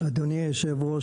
אדוני היושב-ראש,